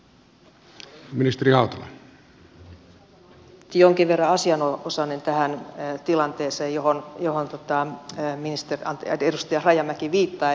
olen jonkin verran asianosainen tähän tilanteeseen johon edustaja rajamäki viittaa